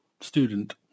student